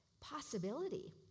possibility